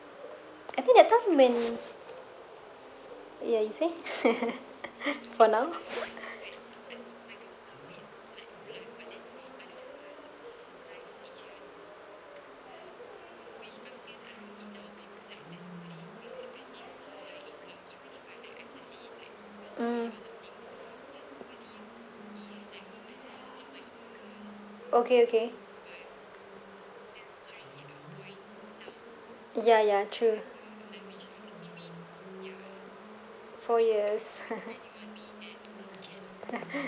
I think that time when ya you say for now mm okay okay ya ya true four years